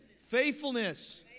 faithfulness